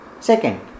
Second